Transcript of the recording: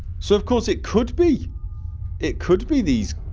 so of course it could be it could be these